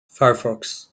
firefox